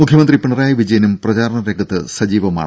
മുഖ്യമന്ത്രി പിണറായി വിജയനും പ്രചാരണ രംഗത്ത് സജീവമാണ്